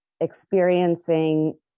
experiencing